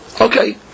Okay